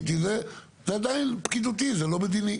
זה עדיין פקידותי, זה לא מדיני.